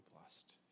blessed